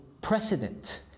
precedent